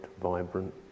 vibrant